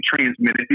transmitted